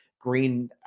Green